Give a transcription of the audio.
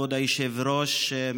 כבוד היושב-ראש,